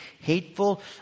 hateful